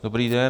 Dobrý den.